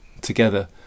together